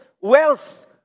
wealth